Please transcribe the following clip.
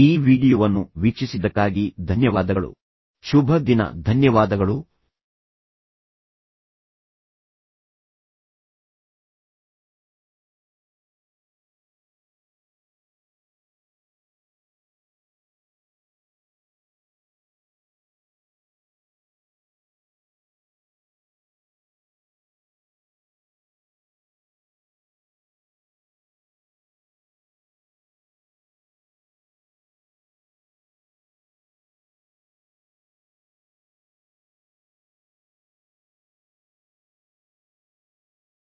ಈ ವೀಡಿಯೊವನ್ನು ವೀಕ್ಷಿಸಿದ್ದಕ್ಕಾಗಿ ಧನ್ಯವಾದಗಳು ನೀವು ಇದನ್ನು ನೋಡುವುದನ್ನು ಆನಂದಿಸಿದ್ದೀರಿ ಎಂದು ನಾನು ಭಾವಿಸುತ್ತೇನೆ ಶುಭ ದಿನ